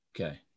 Okay